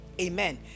amen